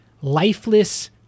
lifeless